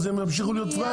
הם ימשיכו להיות פראיירים.